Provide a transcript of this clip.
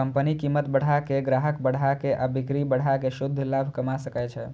company कीमत बढ़ा के, ग्राहक बढ़ा के आ बिक्री बढ़ा कें शुद्ध लाभ कमा सकै छै